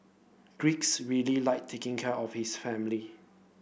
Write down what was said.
Greece really like taking care of his family